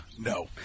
No